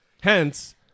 Hence